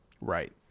Right